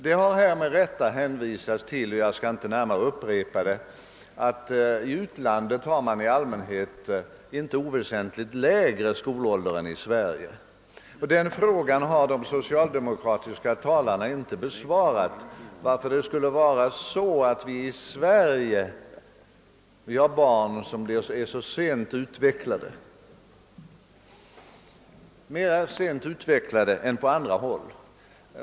Det har här med rätta hänvisats till — jag skall inte i detalj upprepa det — att man i utlandet i allmänhet har en inte oväsentligt lägre skolålder än i Sverige. De socialdemokratiska talarna har inte besvarat frågan varför vi i Sverige skulle ha barn som är senare utvecklade än på andra håll.